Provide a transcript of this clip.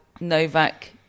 Novak